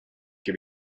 que